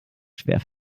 schwer